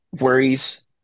worries